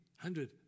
Hundred